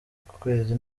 ukwezi